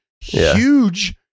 huge